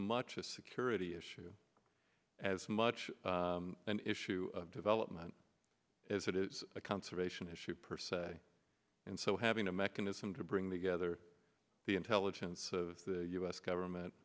much a security issue as much an issue development is it is a conservation issue per se and so having a mechanism to bring the gather the intelligence of the u s government